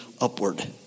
upward